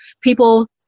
people